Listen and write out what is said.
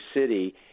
city